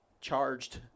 charged